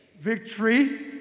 Victory